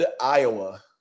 Iowa